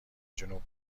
جنوب